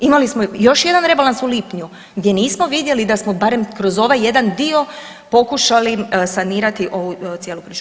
Imali smo još jedan rebalans u lipnju gdje nismo vidjeli da smo barem kroz ovaj jedan dio pokušali sanirati ovu cijelu priču.